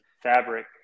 fabric